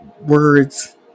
words